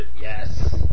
yes